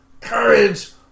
Courage